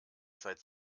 seit